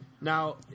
Now